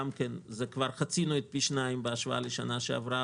כאשר כבר חצינו את פי שניים בהשוואה לשנה שעברה